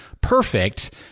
perfect